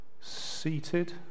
Seated